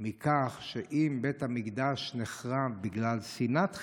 מכך שאם בית המקדש נחרב בגלל שנאת חינם,